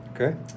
Okay